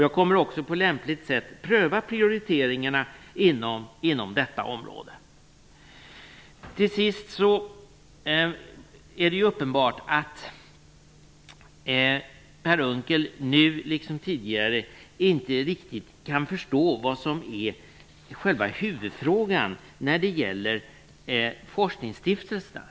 Jag kommer också att på lämpligt sätt pröva prioriteringarna inom detta område. Slutligen är det uppenbart att Per Unckel nu liksom tidigare inte riktigt kan förstå vad som är själva huvudfrågan när det gäller forskningsstiftelserna.